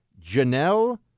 Janelle